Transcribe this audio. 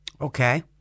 Okay